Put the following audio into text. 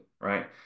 right